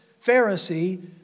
Pharisee